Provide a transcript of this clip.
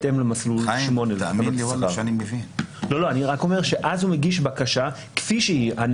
אז הוא מגיש בקשה כפי שהיא.